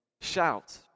Shout